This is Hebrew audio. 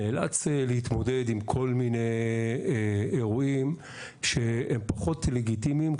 נאלץ להתמודד עם כל מיני אירועים שהם פחות לגיטימיים,